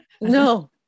No